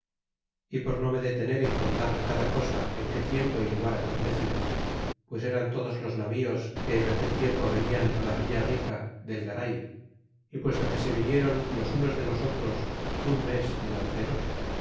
y por no me detener en contar cada cosa en qué tiempo y lugar acontecian pues eran todos los navíos que en aquel tiempo venían la villa rica del garay y puesto que se vinieron osunos lelos olrosun mes delanteros